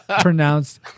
pronounced